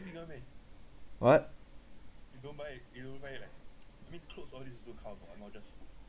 what